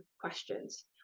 questions